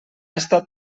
estat